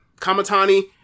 Kamatani